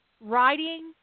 writing